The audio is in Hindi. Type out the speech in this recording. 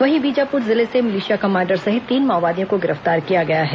वहीं बीजापुर जिले से मिलिशिया कमांडर सहित तीन माओवादियों को गिरफ्तार किया गया है